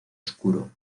oscuro